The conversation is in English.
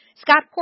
Scott